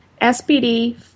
SPD